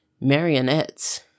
Marionettes